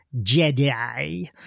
Jedi